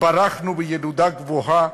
התברכנו בילודה גבוהה,